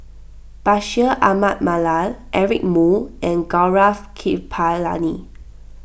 Bashir Ahmad Mallal Eric Moo and Gaurav Kripalani